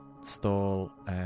stall